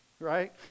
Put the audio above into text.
right